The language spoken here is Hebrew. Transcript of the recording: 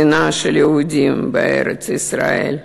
מדינתם של היהודים בארץ-ישראל.